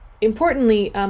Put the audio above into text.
Importantly